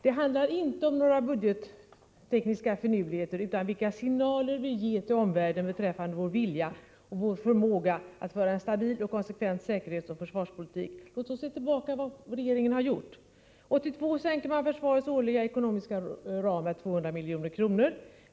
Det handlar inte om några budgettekniska finurligheter utan om vilka signaler vi ger till omvärlden beträffande vår vilja och vår förmåga att föra en stabil och konsekvent säkerhetsoch försvarspolitik. Låt oss se tillbaka på vad regeringen gjort! 1982 sänkte man försvarets årliga ekonomiska ram med 200 milj.kr.